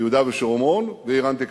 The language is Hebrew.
ביהודה ושומרון, ואירן תיכנס.